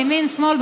ימין שמאל,